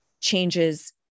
changes